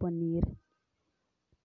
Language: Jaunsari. पोनीर बाजलो।